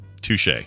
touche